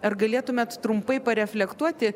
ar galėtumėt trumpai reflektuoti